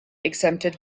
exempted